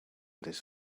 this